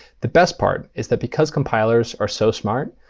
the best part is that, because compilers are so smart,